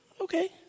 Okay